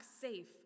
safe